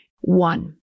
One